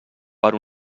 per